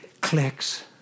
Clicks